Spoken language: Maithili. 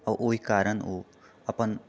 आ ओहि कारण ओ अपन